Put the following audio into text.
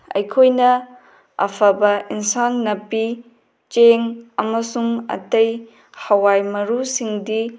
ꯑꯩꯈꯣꯏꯅ ꯑꯐꯕ ꯏꯟꯁꯥꯡ ꯅꯥꯄꯤ ꯆꯦꯡ ꯑꯃꯁꯨꯡ ꯑꯇꯩ ꯍꯋꯥꯏ ꯃꯔꯨꯁꯤꯡꯗꯤ